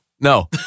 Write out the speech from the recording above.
No